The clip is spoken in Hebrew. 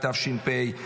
התשפ"ה 2024,